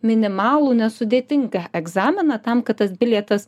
minimalų nesudėtingą egzaminą tam kad tas bilietas